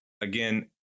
Again